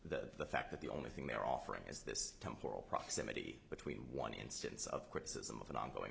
the fact that the only thing they're offering is this temporal proximity between one instance of criticism of an ongoing